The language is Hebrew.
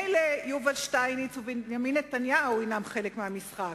מילא יובל שטייניץ ובנימין נתניהו הם חלק מהמשחק,